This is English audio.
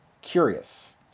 curious